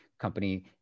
company